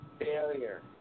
failure